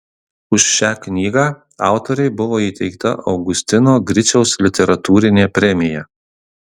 už šią knygą autorei buvo įteikta augustino griciaus literatūrinė premija